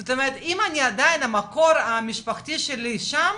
זאת אומרת, אם עדיין המקור המשפחתי שלי שם